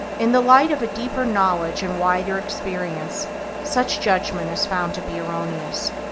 in the light of a deeper knowledge and wider experience such judgment is found to be erroneous.